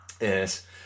Yes